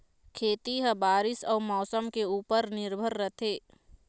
खेती ह बारीस अऊ मौसम के ऊपर निर्भर रथे